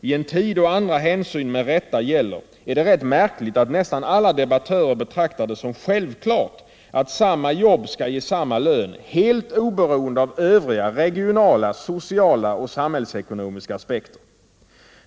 I en tid då andra hänsyn med rätta gäller är det ganska märkligt att nästan alla debattörer betraktar det som självklart att samma jobb skall ge samma lön helt oberoende av övriga regionala, sociala och samhällsekonomiska aspekter.